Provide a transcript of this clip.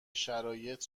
شرایط